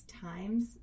times